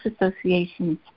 associations